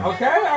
Okay